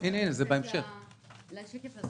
אני רוצה להתייחס לשקף הזה